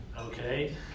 okay